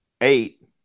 eight